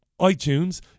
iTunes